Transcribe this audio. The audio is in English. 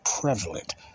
prevalent